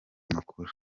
makuru